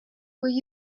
will